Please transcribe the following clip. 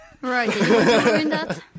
right